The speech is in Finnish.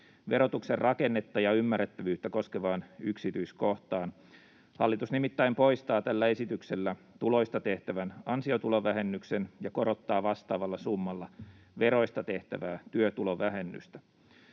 verotuksen rakennetta ja ymmärrettävyyttä koskevaan yksityiskohtaan, hallitus nimittäin poistaa tällä esityksellä tuloista tehtävän ansiotulovähennyksen ja korottaa vastaavalla summalla veroista tehtävää työtulovähennystä.